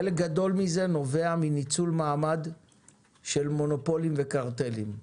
חלק גדול מזה נובע מניצול מעמד של מונופולים וקרטלים,